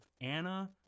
anna